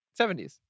70s